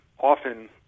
often